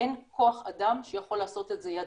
אין כח אדם שיכול לעשות את זה ידנית.